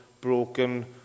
broken